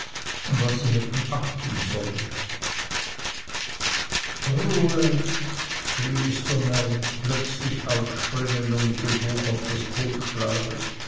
und was sie hätten achten sollen ruhe schrie mr mell plötzlich aufspringend und mit dem buch auf das pult schlagend